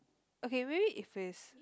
okay maybe if it's